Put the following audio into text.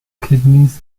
kidneys